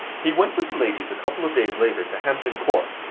he went with the ladies a couple of days later to hampton court,